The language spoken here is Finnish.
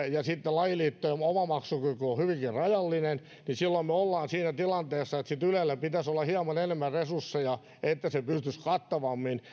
ja sitten kun lajiliiton oma oma maksukyky on hyvinkin rajallinen niin me olemme siinä tilanteessa että ylellä pitäisi olla hieman enemmän resursseja että se pystyisi kattavammin toimimaan